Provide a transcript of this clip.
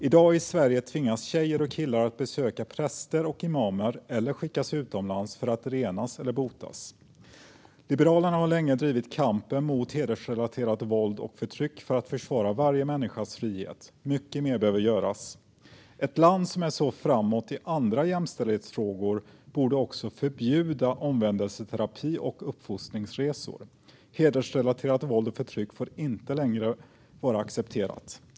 I dag i Sverige tvingas tjejer och killar att besöka präster och imamer, eller också skickas de utomlands, för att renas eller botas. Liberalerna har länge drivit kampen mot hedersrelaterat våld och förtryck för att försvara varje människas frihet. Mycket mer behöver göras. Ett land som är så framåt i andra jämställdhetsfrågor borde även förbjuda omvändelseterapi och uppfostringsresor. Hedersrelaterat våld och förtryck får inte längre vara accepterat.